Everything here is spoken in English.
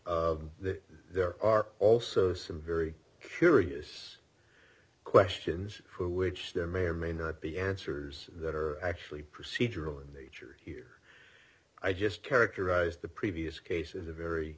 but there are also some very serious questions for which there may or may not be answers that are actually procedural and nature here i just characterized the previous cases a very